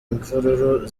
imvururu